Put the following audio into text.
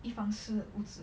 一房式屋子